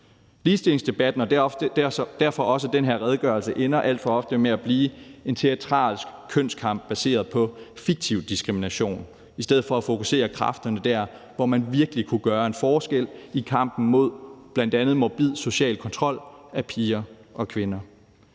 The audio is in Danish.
Ligestillingsdebatten og derfor også den her redegørelse ender alt for ofte med at blive en teatralsk kønskamp baseret på fiktiv diskrimination, i stedet for at man fokuserer kræfterne der, hvor man virkelig kunne gøre en forskel, bl.a. i kampen mod morbid social kontrol af piger og kvinder.